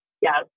Yes